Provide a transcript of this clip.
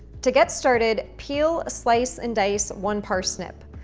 to get started, peel, slice and dice one parsnip.